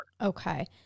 Okay